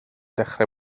dechrau